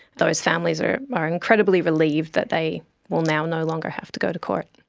those families are are incredibly relieved that they will now no longer have to go to court.